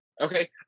Okay